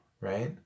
right